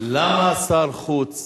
למה שר חוץ